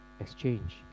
exchange